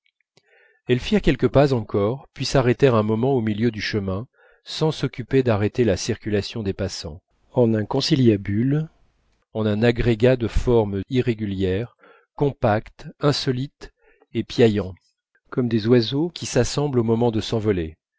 elles firent quelques pas encore puis s'arrêtèrent un moment au milieu du chemin sans s'occuper d'arrêter la circulation des passants en un conciliabule un agrégat de forme irrégulière compact insolite et piaillant comme des oiseaux qui s'assemblent au moment de s'envoler